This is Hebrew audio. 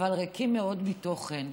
אבל ריקים מאוד מתוכן.